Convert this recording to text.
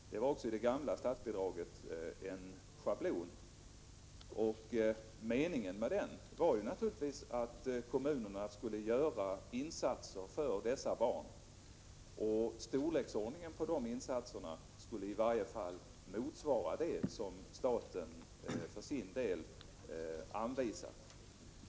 Detta var också i det gamla statsbidraget en schablon, och meningen med den var naturligtvis att kommunerna skulle göra insatser för dessa barn. Storleksordningen på de insatserna skulle i varje fall motsvara det som staten för sin del anvisade.